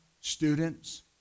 students